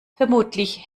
vermutlich